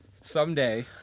Someday